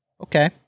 okay